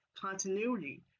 continuity